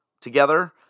Together